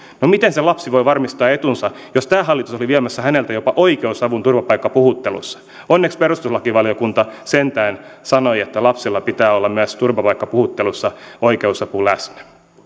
no miten se lapsi voi varmistaa etunsa jos tämä hallitus oli viemässä häneltä jopa oikeusavun turvapaikkapuhuttelussa onneksi perustuslakivaliokunta sentään sanoi että lapsella pitää olla myös turvapaikkapuhuttelussa oikeusapu läsnä